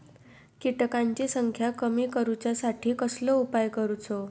किटकांची संख्या कमी करुच्यासाठी कसलो उपाय करूचो?